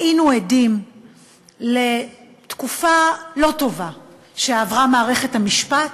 היינו עדים לתקופה לא טובה שעברה מערכת המשפט,